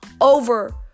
over